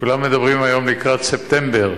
כולם מדברים היום לקראת ספטמבר,